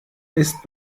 ist